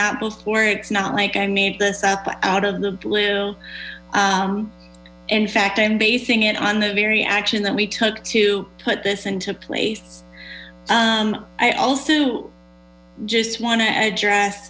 that before it's not like i made this up out of the blue in fact i'm basing it on the very action that we took to put this into place i also just want to address